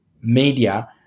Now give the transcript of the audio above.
media